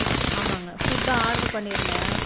ஆ ஆமாங்க food order பண்ணியிருந்தேன்